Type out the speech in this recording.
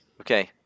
okay